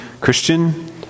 Christian